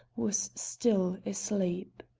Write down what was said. was still asleep.